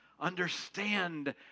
understand